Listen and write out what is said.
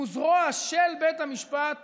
הוא זרוע של בית המשפט